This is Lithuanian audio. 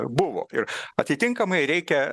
buvo ir atitinkamai reikia